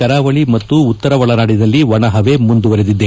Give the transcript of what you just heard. ಕರಾವಳಿ ಮತ್ತು ಉತ್ತರ ಒಳನಾಡಿನಲ್ಲಿ ಒಣಹವೆ ಮುಂದುವರೆದಿದೆ